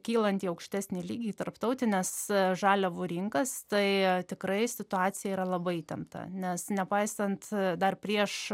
kylant į aukštesnį lygį į tarptautines žaliavų rinkas tai tikrai situacija yra labai įtempta nes nepaisant dar prieš